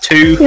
Two